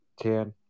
Ten